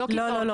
לא כיתות.